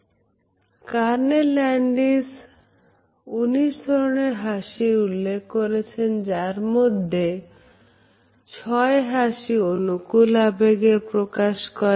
Carney Landis 19 ধরনের হাসির উল্লেখ করেছেন যার মধ্যে 6 হাসি অনুকূল আবেগের প্রকাশ করে